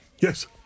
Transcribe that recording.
yes